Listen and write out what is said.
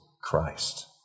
Christ